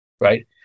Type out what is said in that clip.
right